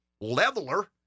leveler